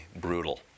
brutal